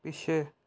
ਪਿੱਛੇ